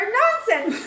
nonsense